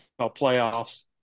playoffs